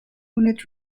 unit